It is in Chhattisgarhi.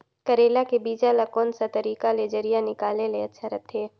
करेला के बीजा ला कोन सा तरीका ले जरिया निकाले ले अच्छा रथे?